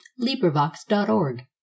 LibriVox.org